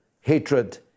hatred